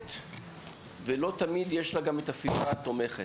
היכולת ולא תמיד יש לה גם את הסביבה התומכת,